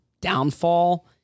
downfall